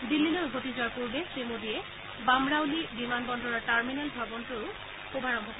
দিল্লীলৈ উভতি যোৱাৰ পূৰ্বে শ্ৰী মোদীয়ে বামৰাউলী বিমান বন্দৰৰ টাৰ্মিনেল ভৱনটোৰো শুভাৰম্ভ কৰে